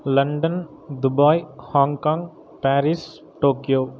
London Dubai Hong Kong Paris Tokyo